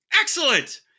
Excellent